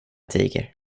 tiger